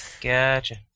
Gotcha